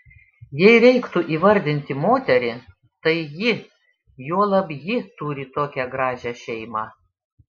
jei reiktų įvardinti moterį tai ji juolab ji turi tokią gražią šeimą